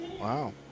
Wow